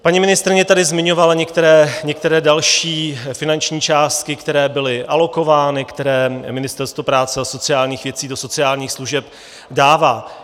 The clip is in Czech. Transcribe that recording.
Paní ministryně tady zmiňovala některé další finanční částky, které byly alokovány, které Ministerstvo práce a sociálních věcí do sociálních služeb dává.